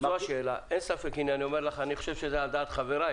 אני חושב שזה על דעת חבריי